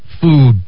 Food